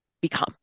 become